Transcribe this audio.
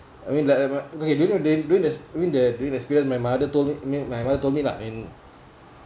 I mean like okay do you know they're during the during the experience my mother told me my mother told me lah and